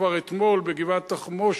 כבר אתמול בגבעת-התחמושת,